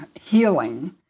healing